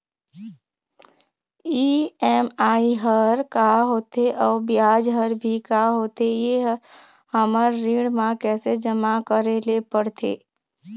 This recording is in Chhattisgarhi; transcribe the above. ई.एम.आई हर का होथे अऊ ब्याज हर भी का होथे ये हर हमर ऋण मा कैसे जमा करे ले पड़ते?